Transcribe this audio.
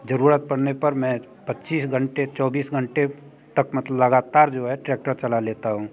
ज़रूरत पड़ने पर मैं पच्चीस घंटे चौबीस घंटे तक मत लगातार जो है ट्रैक्टर चला लेता हूँ